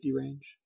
range